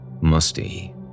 musty